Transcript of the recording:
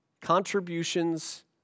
contributions